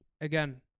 Again